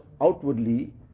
outwardly